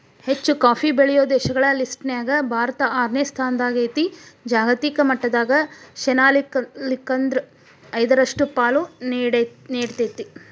ಹೆಚ್ಚುಕಾಫಿ ಬೆಳೆಯೋ ದೇಶಗಳ ಲಿಸ್ಟನ್ಯಾಗ ಭಾರತ ಆರನೇ ಸ್ಥಾನದಾಗೇತಿ, ಜಾಗತಿಕ ಮಟ್ಟದಾಗ ಶೇನಾಲ್ಕ್ರಿಂದ ಐದರಷ್ಟು ಪಾಲು ನೇಡ್ತೇತಿ